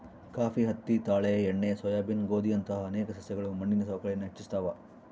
coffee ಹತ್ತಿ ತಾಳೆ ಎಣ್ಣೆ ಸೋಯಾಬೀನ್ ಗೋಧಿಯಂತಹ ಅನೇಕ ಸಸ್ಯಗಳು ಮಣ್ಣಿನ ಸವಕಳಿಯನ್ನು ಹೆಚ್ಚಿಸ್ತವ